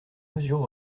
mesure